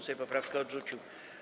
Sejm poprawkę odrzucił.